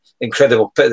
incredible